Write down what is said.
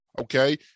Okay